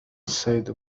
السيد